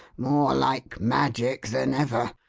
more like magic than ever.